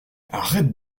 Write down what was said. arrête